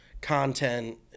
content